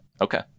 Okay